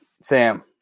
Sam